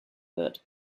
wird